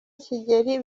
kigeli